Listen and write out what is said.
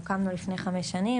הוקמנו לפני חמש שנים,